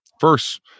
First